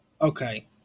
okay